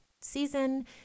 season